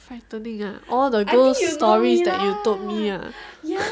frightening ah all the ghost stories that you told me ah